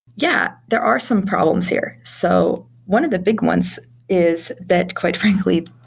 yeah, there are some problems here. so one of the big ones is that, quite frankly,